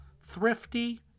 thrifty